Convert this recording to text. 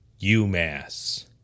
UMass